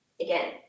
again